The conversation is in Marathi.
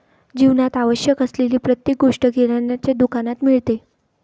जीवनात आवश्यक असलेली प्रत्येक गोष्ट किराण्याच्या दुकानात मिळते